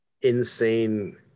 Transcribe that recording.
insane